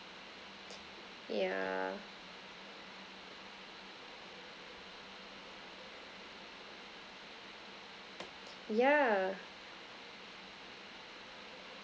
yeah yeah